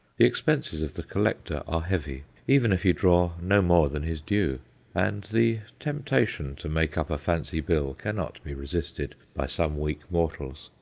the expenses of the collector are heavy, even if he draw no more than his due and the temptation to make up a fancy bill cannot be resisted by some weak mortals.